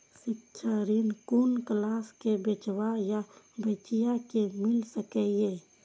शिक्षा ऋण कुन क्लास कै बचवा या बचिया कै मिल सके यै?